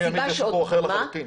פינוי ימית זה סיפור אחר לחלוטין.